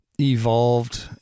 evolved